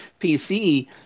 PC